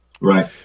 Right